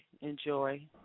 Enjoy